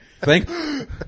thank